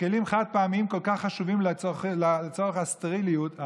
כשכלים חד-פעמיים כל כך חשובים לצורך הסטריליות.